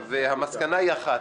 המסקנה היא אחת,